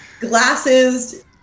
glasses